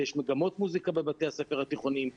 ויש מגמות מוסיקה בבתי הספר התיכוניים,